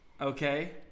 Okay